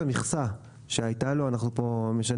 המכסה שהייתה לו בשנה